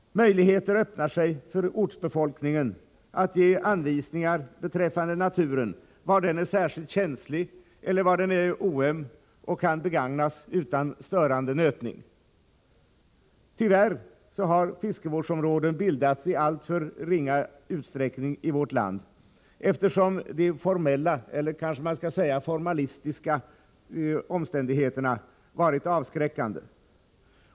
Möjligheter öppnar sig för ortsbefolkningen att ge anvisningar beträffande naturen, var den är särskilt känslig eller var den är oöm och kan begagnas utan störande nötning. Tyvärr har fiskevårdsområden bildats i alltför ringa utsträckning i vårt land, eftersom de formella eller kanske man skall säga formalistiska omständigheterna varit avskräckande.